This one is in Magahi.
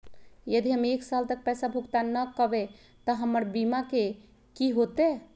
यदि हम एक साल तक पैसा भुगतान न कवै त हमर बीमा के की होतै?